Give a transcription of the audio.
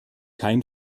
kein